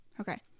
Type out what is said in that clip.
Okay